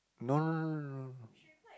no no no no no no no